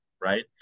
Right